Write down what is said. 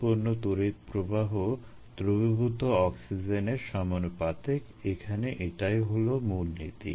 উৎপন্ন তড়িৎ প্রবাহ দ্রবীভূত অক্সিজেনের সমানুপাতিক এখানে এটাই হলো মূলনীতি